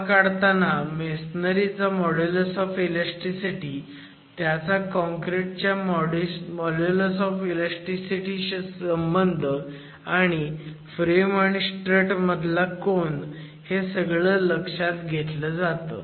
हा काढताना मेसोनरी चा मॉड्युलस ऑफ इलॅस्टीसिटी त्याचा काँक्रिट च्या मॉड्युलस ऑफ इलॅस्टीसिटी शी संबंध आणि फ्रेम आणि स्ट्रट मधला कोन हे सगळं लक्षात घेतलं जातं